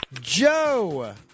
Joe